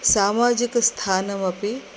सामाजिकस्थानमपि